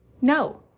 no